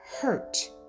hurt